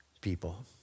people